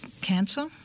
cancer